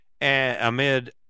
amid